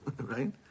right